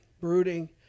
brooding